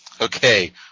Okay